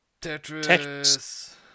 Tetris